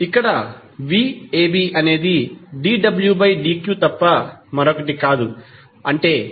ఇక్కడ 𝑣𝑎𝑏 అనేది 𝑑𝑤𝑑𝑞 తప్ప మరొకటి కాదు అంటే